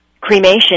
cremation